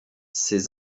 ses